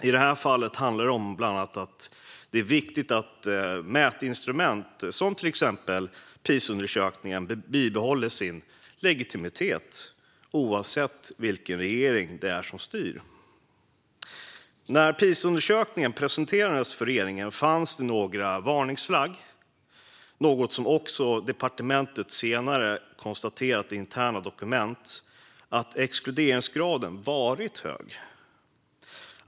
I det här fallet handlar det bland annat om att det är viktigt att mätinstrument som exempelvis Pisaundersökningen bibehåller sin legitimitet oavsett vilken regering det är som styr. När Pisaundersökningen presenterades för regeringen fanns det några varningsflaggor, vilket också departementet senare konstaterat i interna dokument, om att exkluderingsgraden varit hög.